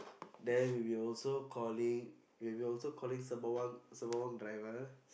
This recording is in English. then we will also calling we will also calling Sembawang Sembawang driver